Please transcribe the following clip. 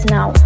Now